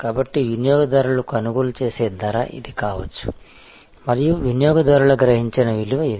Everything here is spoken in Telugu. కాబట్టి వినియోగదారుల కొనుగోలు చేసే ధర ఇది కావచ్చు మరియు వినియోగదారుల గ్రహించిన విలువ ఇది